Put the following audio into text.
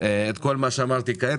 כל מה שאמרתי כעת,